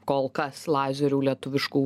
kol kas lazerių lietuviškų